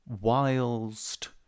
whilst